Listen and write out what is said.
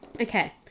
okay